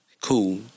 cool